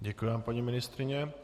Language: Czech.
Děkuji vám, paní ministryně.